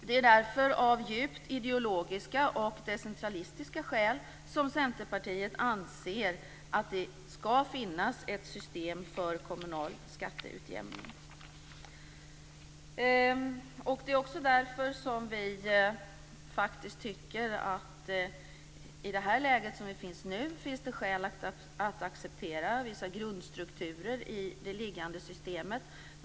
Det är därför av djupt ideologiska och decentralistiska skäl som Centerpartiet anser att det skall finnas ett system för kommunal skatteutjämning. Det är också därför som vi faktiskt tycker att det i nuvarande läge finns skäl att acceptera vissa grundstrukturer i det föreliggande systemet.